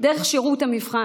דרך שירות המבחן